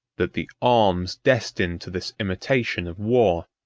that the arms destined to this imitation of war,